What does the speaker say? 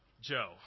Joe